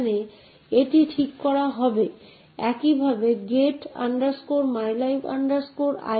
তাই এই কমান্ডগুলির উপর ভিত্তি করে আমাদের কাছে একই প্রক্রিয়া ব্যবহার করে দুটি অপারেটিং সিস্টেম থাকতে পারে